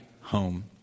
home